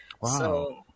Wow